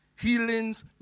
healings